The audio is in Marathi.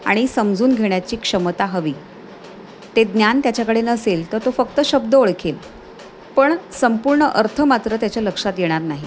आणि समजून घेण्याची क्षमता हवी ते ज्ञान त्याच्याकडे नसेल तर तो फक्त शब्द ओळखेल पण संपूर्ण अर्थ मात्र त्याच्या लक्षात येणार नाही